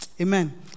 Amen